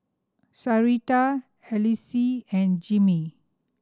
Sarita Alcee and Jimmie